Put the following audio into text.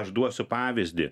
aš duosiu pavyzdį